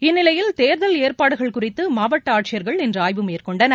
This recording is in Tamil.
இந்நிலையில் தேர்தல் ஏற்பாடுகள் குறித்து மாவட்ட ஆட்சியர்கள் இன்று ஆய்வு மேற்கொண்டனர்